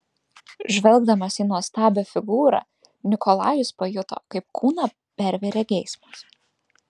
žvelgdamas į nuostabią figūrą nikolajus pajuto kaip kūną pervėrė geismas